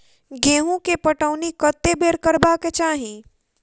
गेंहूँ केँ पटौनी कत्ते बेर करबाक चाहि?